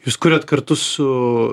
jūs kuriat kartu su